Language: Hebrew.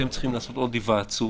אתם צריכים לעשות עוד היוועצות,